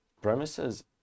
premises